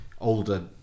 older